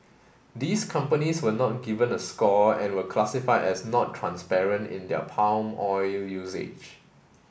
these companies were not given a score and were classified as not transparent in their palm oil usage